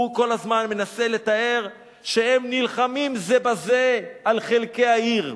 הוא כל הזמן מנסה לתאר שהם נלחמים זה בזה על חלקי העיר.